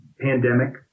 pandemic